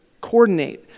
coordinate